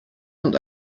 und